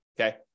okay